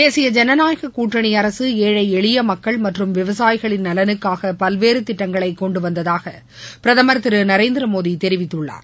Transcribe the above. தேசிய ஜனநாயக கூட்டணி அரசு ஏழை எளிய மக்கள் மற்றும் விவசாயிகளின் நலனுக்காக பல்வேறு திட்டங்களை கொண்டு வந்ததாக பிரதமர் திரு நரேந்திரமோடி தெரிவித்துள்ளார்